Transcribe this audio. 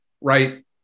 right